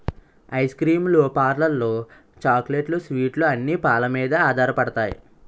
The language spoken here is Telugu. ఐస్ క్రీమ్ లు పార్లర్లు చాక్లెట్లు స్వీట్లు అన్ని పాలమీదే ఆధారపడతాయి